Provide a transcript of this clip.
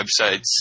websites